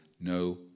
no